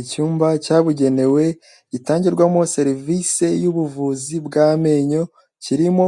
Icyumba cyabugenewe gitangirwamo serivisi y'ubuvuzi bw'amenyo, kirimo